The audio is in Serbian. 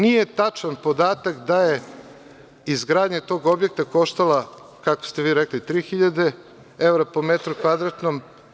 Nije tačan podatak da je izgradnja tog objekta koštala kako ste rekli, 3000 evra po metru kvadratnom.